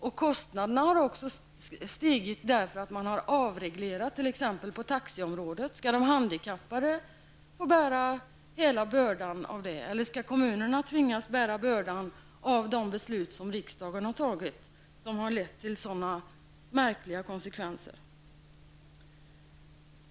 Och kostnaderna har stigit bl.a. därför att det har skett en avreglering på taxiområdet. Skall de handikappade få bära hela denna börda, eller skall kommunerna tvingas bära bördan av de beslut som riksdagen har fattat och som har fått sådana märkliga konsekvenser?